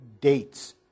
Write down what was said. dates